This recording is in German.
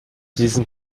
diesen